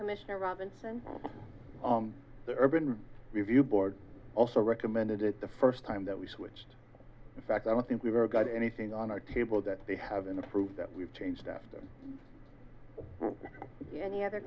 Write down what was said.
commissioner robinson the urban review board also recommended it the first time that we switched in fact i don't think we've got anything on our table that they haven't approved that we've changed after any other